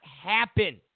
happen